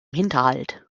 hinterhalt